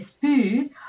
food